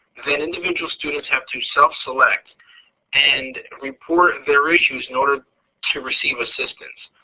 then individual students have to self select and report their issues in order to receive assistance.